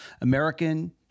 American